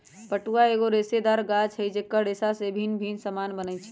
पटुआ एगो रेशेदार गाछ होइ छइ जेकर रेशा से भिन्न भिन्न समान बनै छै